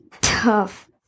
Tough